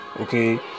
okay